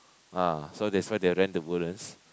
ah so that's why they rent the Woodlands